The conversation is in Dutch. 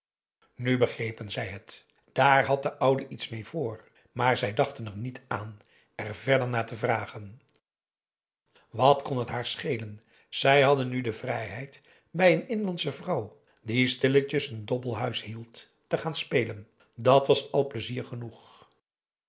nu begrepen zij het dààr had de oude iets mee voor maar zij dachten er niet aan er verder naar te vragen wat kon het haar schelen zij hadden nu de vrijheid bij een inlandsche vrouw die stilletjes een dobbelhuis hield te gaan spelen dàt was al pleizier genoeg